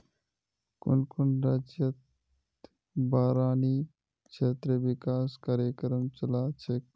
कुन कुन राज्यतत बारानी क्षेत्र विकास कार्यक्रम चला छेक